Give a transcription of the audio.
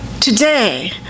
Today